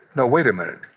no, wait a minute.